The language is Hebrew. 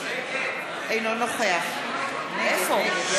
אינו נוכח נגד.